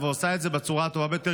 שעושה את זה בצורה הטובה ביותר,